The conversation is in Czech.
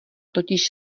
totiž